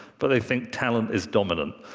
but they think talent is dominant.